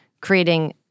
creating